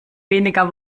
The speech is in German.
weniger